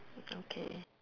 okay